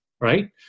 right